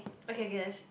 okay okay okay let's